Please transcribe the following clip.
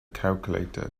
calculator